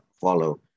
follow